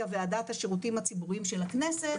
בוועדת השירותים הציבוריים של הכנסת,